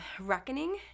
reckoning